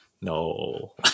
No